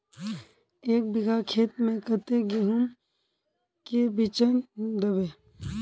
एक बिगहा खेत में कते गेहूम के बिचन दबे?